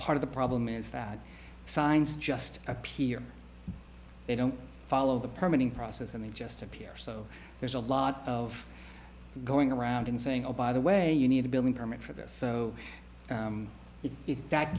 part of the problem is that signs just appear they don't follow the permit in process and they just appear so there's a lot of going around and saying oh by the way you need a building permit for this so that